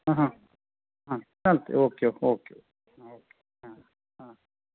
हां हां हां चालतं आहे ओके ओके हां ओके हां हां